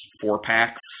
four-packs